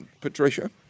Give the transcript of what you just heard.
Patricia